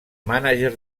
mànager